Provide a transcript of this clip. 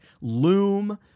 Loom